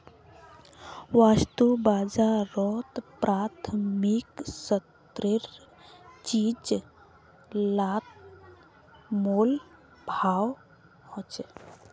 वास्तु बाजारोत प्राथमिक स्तरेर चीज़ लात मोल भाव होछे